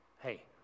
Hey